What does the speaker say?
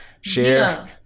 share